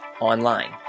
Online